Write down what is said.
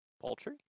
Poultry